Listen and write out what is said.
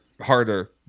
harder